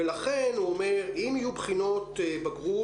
ולכן הוא אומר אם יהיו בחינות בגרות,